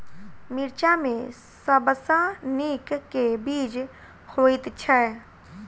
मिर्चा मे सबसँ नीक केँ बीज होइत छै?